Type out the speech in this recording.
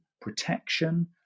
protection